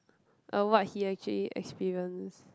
uh what he actually experienced